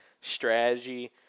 strategy